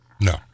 No